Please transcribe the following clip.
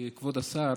כבוד השר,